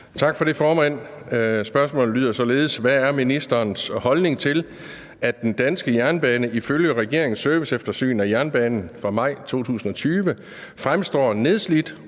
Tak for det, formand. Spørgsmålet lyder således: Hvad er ministeren holdning til, at den danske jernbane ifølge regeringens serviceeftersyn af jernbanen fra maj 2020 fremstår nedslidt,